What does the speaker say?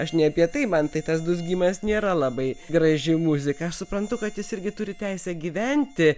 aš ne apie tai man tai tas dūzgimas nėra labai graži muzika aš suprantu kad jis irgi turi teisę gyventi